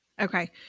okay